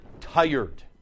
tired